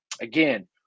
Again